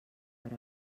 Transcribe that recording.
per